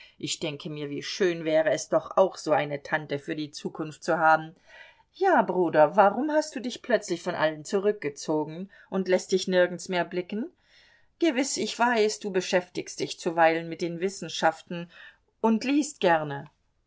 ich denke mir wie schön wäre es doch auch so eine tante für die zukunft zu haben ja bruder warum hast du dich plötzlich von allen zurückgezogen und läßt dich nirgends mehr blicken gewiß ich weiß du beschäftigst dich zuweilen mit den wissenschaften und liest gerne